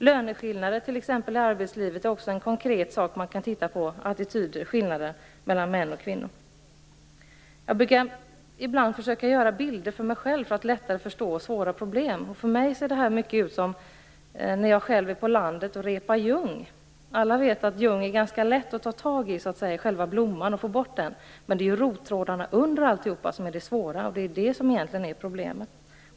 Löneskillnader i arbetslivet är också någonting konkret där man kan titta på attitydskillnaden mot män och kvinnor. Jag brukar ibland försöka göra bilder för mig själv för att lättare förstå svåra problem. Det här ser ut ungefär som när jag är på landet och repar ljung. Alla vet att det är ganska lätt att få tag i själva ljungblomman och få bort den, men det är rottrådarna under alltihop som är det svåra. Det är det som egentligen är problemet.